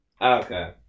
Okay